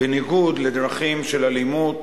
בניגוד לדרכים של אלימות